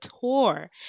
tour